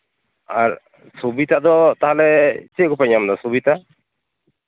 ᱟᱨ ᱥᱩᱵᱤᱛᱟ ᱫᱚ ᱛᱟᱦᱞᱮ ᱪᱮᱫ ᱠᱚᱠᱚ ᱧᱟᱢᱫᱟ ᱥᱩᱵᱤᱛᱟ